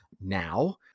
now